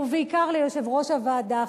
ובעיקר ליושב-ראש הוועדה,